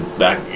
back